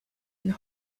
and